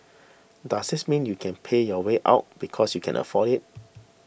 does this mean you can pay your way out because you can afford it